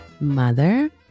mother